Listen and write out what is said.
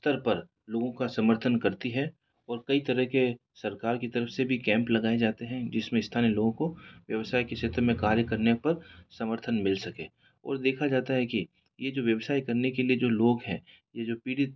स्तर पर लोगों का समर्थन करती है और कई तरह के सरकार की तरफ से भी कैम्प लगाए जाते हैं जिसमें स्थानीय लोगों को व्यवसाय के क्षेत्र में कार्य करने पर समर्थन मिल सके और देखा जाता है कि यह जो व्यवसाय करने के लिए जो लोग हैं यह जो पीड़ित